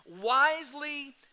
wisely